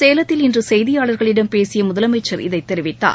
சேலத்தில் இன்று செய்தியாளர்களிடம் பேசிய முதலமைச்சர் இதை தெரிவித்தார்